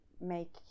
make